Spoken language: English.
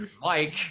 mike